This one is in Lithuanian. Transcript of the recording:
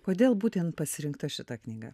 kodėl būtent pasirinkta šita knyga